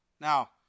Now